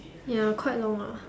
ya quite long lah